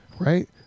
right